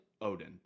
Odin